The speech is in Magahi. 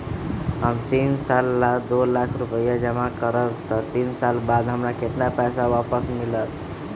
हम तीन साल ला दो लाख रूपैया जमा करम त तीन साल बाद हमरा केतना पैसा वापस मिलत?